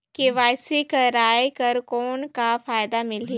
KYC कराय कर कौन का फायदा मिलही?